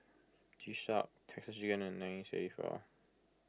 G Shock Texas U and nine three four